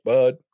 Bud